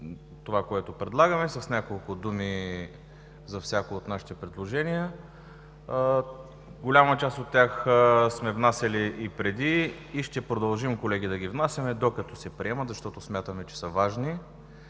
това, което предлагаме. С няколко думи за всяко от нашите предложения. Голяма част от тях сме внасяли и преди, и ще продължим, колеги, да ги внасяме, докато се приемат, защото смятаме, че са важни,